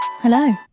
Hello